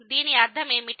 దీని అర్థం ఏమిటి